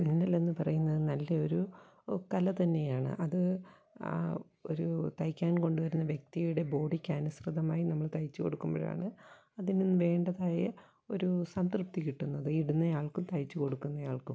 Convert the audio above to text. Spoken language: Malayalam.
തുന്നലെന്ന് പറയുന്നത് നല്ലയൊരു കല തന്നെയാണ് അത് ആ ഒരു തയ്ക്കാൻ കൊണ്ടുവരുന്ന വ്യക്തിയുടെ ബോഡിക്കനുസൃതമായി നമ്മൾ തയ്ച്ചു കൊടുക്കുമ്പോഴാണ് അതിന് വേണ്ടതായ ഒരു സംതൃപ്തി കിട്ടുന്നത് ഈ ഇടുന്നയാൾക്കും തയ്ച്ചു കൊടുക്കുന്നയാൾക്കും